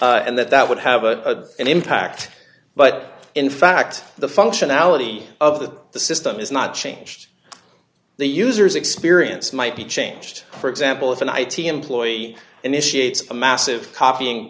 and that that would have a impact but in fact the functionality of the the system is not changed the user's experience might be changed for example if an i t employee initiate a massive copying